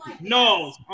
No